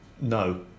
No